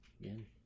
Again